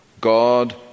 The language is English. God